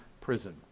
prison